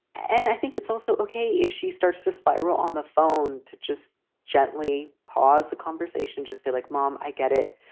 and i think it's also okay if she starts to spiral on the phone to just gently pause the conversation, just say, like, mom, i get it.